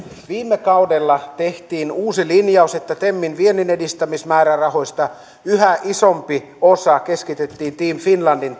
viime kaudella tehtiin uusi linjaus että temin vienninedistämismäärärahoista yhä isompi osa keskitettiin team finlandin